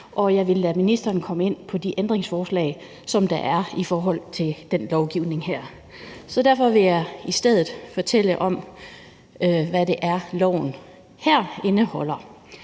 Jeg vil lade ministeren komme ind på de ændringsforslag, som der er til det lovforslag her. Derfor vil jeg i stedet fortælle om, hvad det er, lovforslaget her